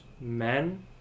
men